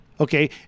Okay